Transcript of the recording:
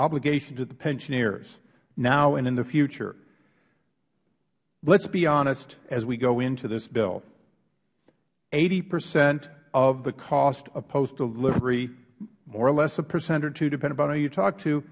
obligation to the pensioners now and in the future lets be honest as we go into this bill eighty percent of the cost of postal delivery more or less a percent or two depending upon who you talk to